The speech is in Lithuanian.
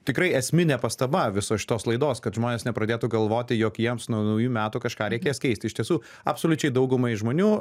tikrai esminė pastaba visos šitos laidos kad žmonės nepradėtų galvoti jog jiems nuo naujų metų kažką reikės keisti iš tiesų absoliučiai daugumai žmonių